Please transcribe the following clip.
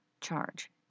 Charge